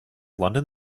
london